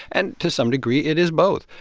and to some degree, it is both.